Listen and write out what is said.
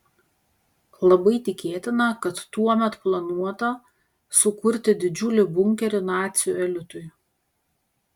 labai tikėtina kad tuomet planuota sukurti didžiulį bunkerį nacių elitui